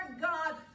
God